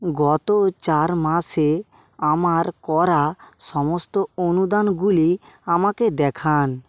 গত চার মাসে আমার করা সমস্ত অনুদানগুলি আমাকে দেখান